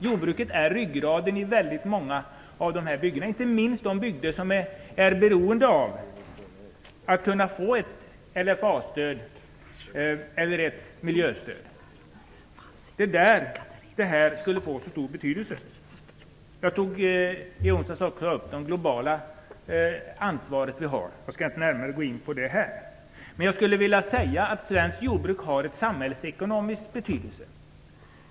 Jordbruket är ryggraden i väldigt många av våra bygder, inte minst de bygder som är beroende av att kunna få ett LFA-stöd eller ett miljöstöd. Det är där det här skulle få så stor betydelse. Jag tog i onsdags också upp det globala ansvar vi har. Jag skall inte gå närmare in på det nu, men jag skulle vilja säga att svenskt jordbruk har en samhällsekonomisk betydelse.